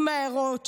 עם ההערות שלהם.